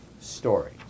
story